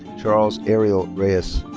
charles ariel reyes.